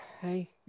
Hey